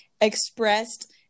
expressed